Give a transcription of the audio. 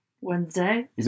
Wednesday